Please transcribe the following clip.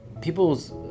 peoples